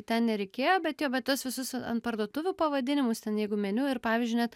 ten nereikėjo bet jo bet tuos visus ant parduotuvių pavadinimus ten jeigu meniu ir pavyzdžiui net